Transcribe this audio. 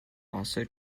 also